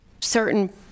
certain